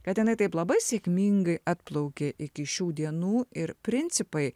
kad jinai taip labai sėkmingai atplaukė iki šių dienų ir principai